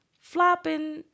flopping